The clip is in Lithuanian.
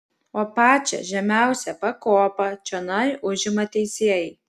o pačią žemiausią pakopą čionai užima teisėjai